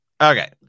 Okay